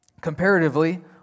Comparatively